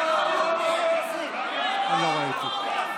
לא, הם לא היו כאן.